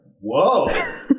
Whoa